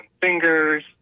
fingers